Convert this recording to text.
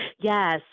Yes